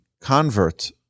convert